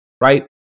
Right